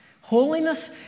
Holiness